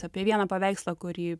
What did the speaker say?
apie vieną paveikslą kurį